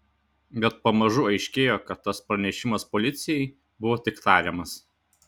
bet pamažu aiškėjo kad tas pranešimas policijai buvo tik tariamas